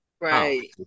Right